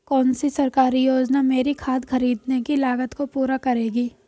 कौन सी सरकारी योजना मेरी खाद खरीदने की लागत को पूरा करेगी?